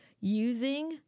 using